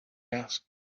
asked